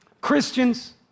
Christians